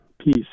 peace